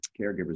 caregivers